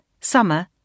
summer